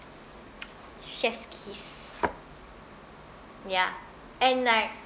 chef's kiss ya and like